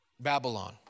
Babylon